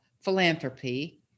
philanthropy